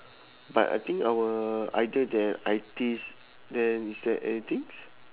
but I think our other than I_Ts then is there anything